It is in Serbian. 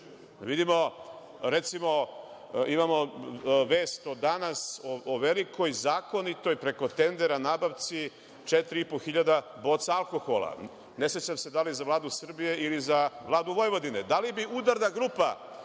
pitanja? Vidimo, recimo, imamo vest o velikoj zakonitoj, preko tendera nabavci, 4.500 boca alkohola. Ne sećam se da li za Vladu Srbije ili za Vladu Vojvodine. Da li bi udarna grupa